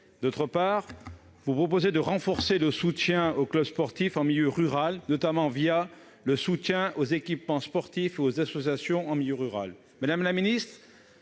Vous proposez également de renforcer le soutien aux clubs sportifs en milieu rural, notamment le soutien aux équipements sportifs et aux associations en milieu rural.